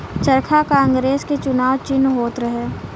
चरखा कांग्रेस के चुनाव चिन्ह होत रहे